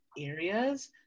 areas